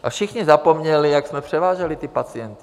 A všichni zapomněli, jak jsme převáželi ty pacienty?